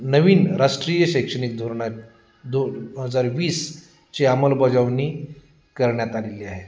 नवीन राष्ट्रीय शैक्षणिक धोरणात दोन हजार वीसची अंमलबजावणी करण्यात आलेली आहे